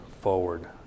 forward